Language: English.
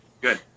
good